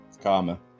Karma